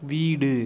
வீடு